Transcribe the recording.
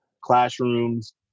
classrooms